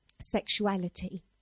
sexuality